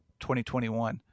2021